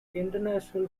international